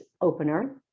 opener